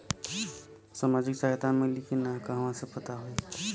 सामाजिक सहायता मिली कि ना कहवा से पता होयी?